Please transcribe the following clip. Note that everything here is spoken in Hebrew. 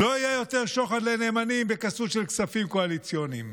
לא יהיה יותר שוחד לנאמנים בכסות של כספים קואליציוניים,